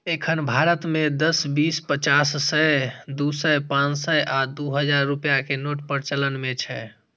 एखन भारत मे दस, बीस, पचास, सय, दू सय, पांच सय आ दू हजार रुपैया के नोट प्रचलन मे छै